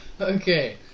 Okay